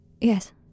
Yes